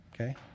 okay